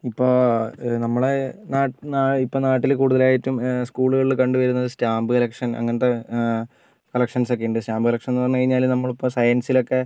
ഇപ്പം നമ്മളെ നാ നാ ഇപ്പം നാട്ടിൽ കൂടുതലായിട്ടും സ്കൂളുകളിൽ കണ്ടു വരുന്നത് സ്റ്റാമ്പ് കളക്ഷൻ അങ്ങനത്തെ കളക്ഷൻസ് ഒക്കെയുണ്ട് സ്റ്റാമ്പ് കളക്ഷൻ എന്നൊക്കെ പറഞ്ഞു കഴിഞ്ഞാൽ നമ്മൾ ഇപ്പോൾ സയൻസിലൊക്കെ